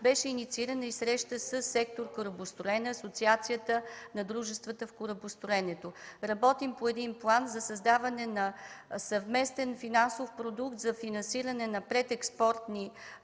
беше и срещата със сектор „Корабостроене” – Асоциацията на дружествата в корабостроенето. Работим по един план за създаване на съвместен финансов продукт за финансиране на предекспортни